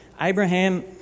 Abraham